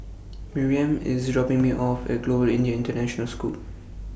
Miriam IS dropping Me off At Global Indian International School